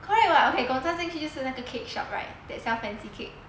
correct [what] okay Gong Cha 进去就是那个 cake shop right that sell fancy cake